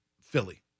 Philly